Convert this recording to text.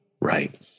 right